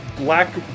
black